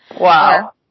Wow